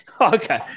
Okay